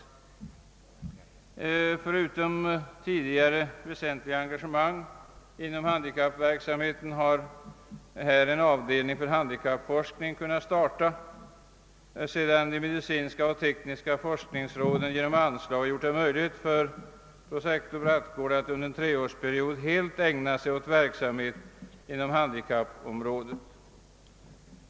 Förutom tidigare, väsentliga engagemang inom handikappverksamheten har en avdelning för handikappforskning startats vid Göteborgs universitet, sedan de medicinska och tekniska forskningsråden genom anslag möjliggjort för prosektor Brattgård att under en treårsperiod helt ägna sig åt arbetet inom handikappområdet.